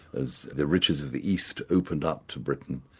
as the riches of the east opened up to britain,